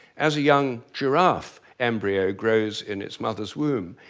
as a young giraffe embryo grows in its mother's womb,